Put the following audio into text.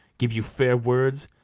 give you fair words,